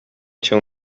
cię